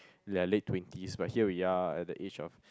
their late twenties but here we are at the age of